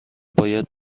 باید